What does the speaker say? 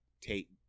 Tate